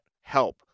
help